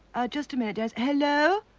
oh just a minute des, hello,